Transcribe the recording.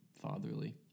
fatherly